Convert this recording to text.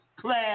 class